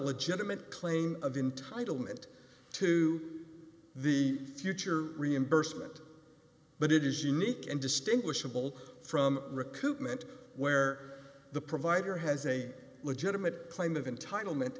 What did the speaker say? legitimate claim of entitle it to the future reimbursement but it is unique and distinguishable from recoupment where the provider has a legitimate claim of entitlement